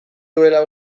duela